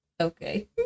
Okay